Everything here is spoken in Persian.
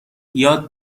یاد